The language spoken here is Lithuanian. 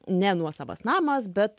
ne nuosavas namas bet